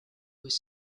was